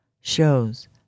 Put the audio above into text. shows